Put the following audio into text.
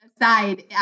aside